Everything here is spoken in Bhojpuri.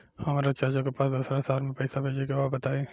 हमरा चाचा के पास दोसरा शहर में पईसा भेजे के बा बताई?